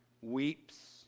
weeps